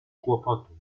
kłopotu